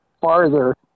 farther